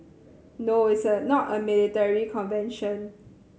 no it's a not a military convention